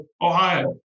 Ohio